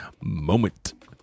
moment